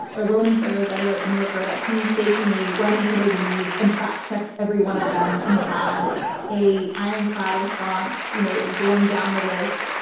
ah ronan farrow's editor at the new yorker that painstakingly went into those weeds and fact checked every one of them and had a. ironclad response you know going down the list.